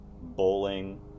bowling